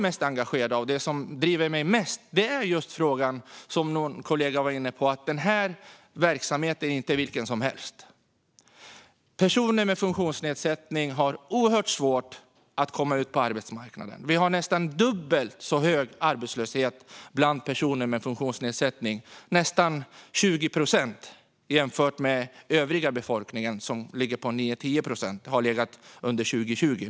Det som driver mig mest, som också någon kollega tog upp, är att denna verksamhet inte är vilken som helst. Personer med funktionsnedsättning har oerhört svårt att komma ut på arbetsmarknaden. Det är dubbelt så hög arbetslöshet bland personer med funktionsnedsättning, nästan 20 procent, jämfört med övriga befolkningen, som ligger på 9-10 procent under 2020.